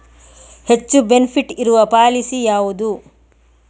ಹೆಚ್ಚು ಬೆನಿಫಿಟ್ ಇರುವ ಪಾಲಿಸಿ ಯಾವುದು?